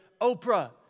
Oprah